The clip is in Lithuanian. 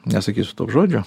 nesakysiu to žodžio